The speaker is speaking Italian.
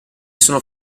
sono